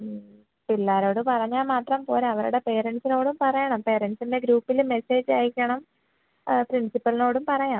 ഉം പിള്ളേരോട് പറഞ്ഞാൽ മാത്രം പോര അവരുടെ പാരൻസിനോടും പറയണം പേരൻസിൻ്റെ ഗ്രൂപ്പിൽ മെസ്സേജ് അയക്കണം പ്രിൻസിപ്പലിനോടും പറയാം